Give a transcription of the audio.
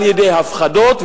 על-ידי הפחדות,